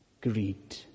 greed